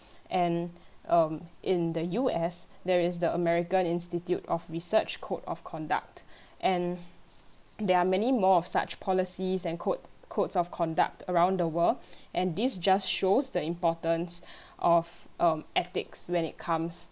and um in the U_S there is the american institute of research code of conduct and there are many more of such policies and code codes of conduct around the world and this just shows the importance of um ethics when it comes